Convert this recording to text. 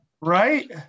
right